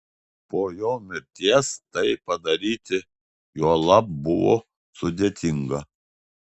po jo mirties tai padaryti juolab buvo sudėtinga